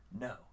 No